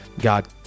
god